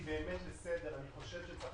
אני חושב שצריך